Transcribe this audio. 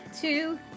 two